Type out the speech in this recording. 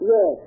Yes